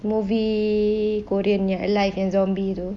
movie korean ya alive and zombie though